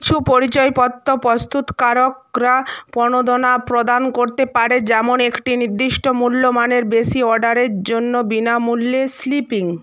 কিছু পরিচয়পত্র প্রস্তুতকারকরা প্রণোদনা প্রদান করতে পারে যেমন একটি নির্দিষ্ট মূল্যমানের বেশি অর্ডারের জন্য বিনামূল্যে স্লিপিং